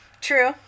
True